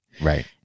Right